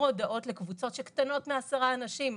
הודעות לקבוצות שקטנות מעשרה אנשים.